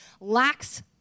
lacks